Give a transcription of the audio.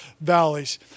valleys